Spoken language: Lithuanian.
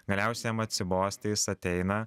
galiausiai jam atsibosta jis ateina